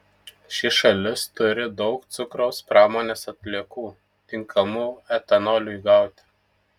ši šalis turi daug cukraus pramonės atliekų tinkamų etanoliui gauti